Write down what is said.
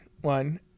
one